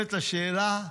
נשאלת השאלה,